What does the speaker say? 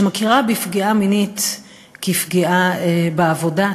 שמכירה בפגיעה מינית כפגיעה בעבודה,